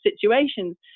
situations